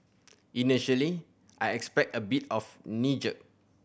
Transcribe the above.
initially I expect a bit of knee jerk